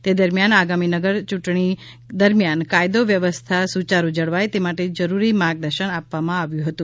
તે દરમ્યાન આગામી નગર યુંટણી દરમ્યાન કાયદો વ્યવસ્થા સુચારૂ જળવાય તે માટે જરૂરી માર્ગદશન આપવામાં આવ્યું હતું